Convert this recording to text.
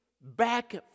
back